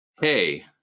hey